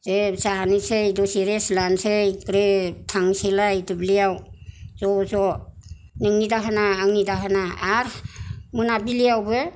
ग्रोब जानोसै दसे रेस्ट लानसै ग्रोब थांसैलाय दुब्लियाव ज' ज' नोंनि दाहोना आंनि दाहोना आरो मोनाबिलिआवबो